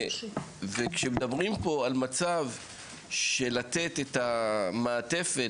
וכשמדברים פה על מצב של לתת את המעטפת